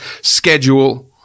schedule